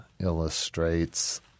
illustrates